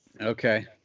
Okay